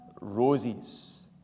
roses